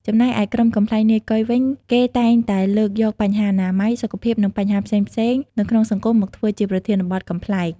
ចំណែកឯក្រុមកំប្លែងនាយកុយវិញ គេតែងតែលើកយកបញ្ហាអនាម័យ សុខភាព និងបញ្ហាផ្សេងៗនៅក្នុងសង្គមមកធ្វើជាប្រធានបទកំប្លែង។